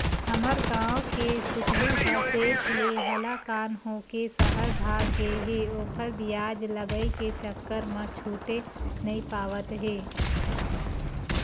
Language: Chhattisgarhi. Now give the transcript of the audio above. हमर गांव के सुकलू ह सेठ ले हलाकान होके सहर भाग गे हे ओखर बियाज लगई के चक्कर म छूटे नइ पावत हे